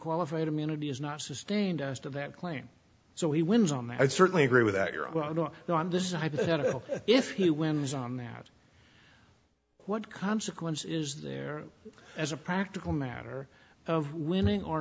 qualified immunity is not sustained as to that claim so he wins on that i certainly agree with that you're i don't know and this is a hypothetical if he wins on that what consequence is there as a practical matter of winning or